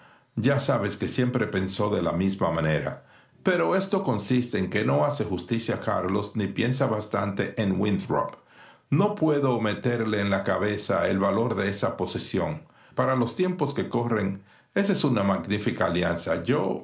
ya sabes que siempre pensó de la misma manera pero esto consiste en que no hace justicia a carlos ni piensa bastante en winthrop no puedo meterle en la cabeza el valor de esa posesión para los tiempos que corren esa una magnífica alianza yo